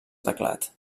teclat